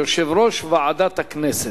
יושב-ראש ועדת הכנסת.